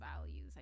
values